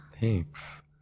Thanks